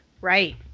Right